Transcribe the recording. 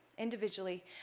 individually